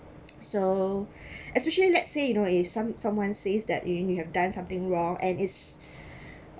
so especially let's say you know if some someone says that you you have done something wrong and it's